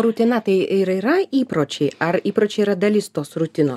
rutina tai ir yra įpročiai ar įpročiai yra dalis tos rutinos